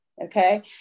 Okay